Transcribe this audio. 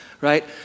right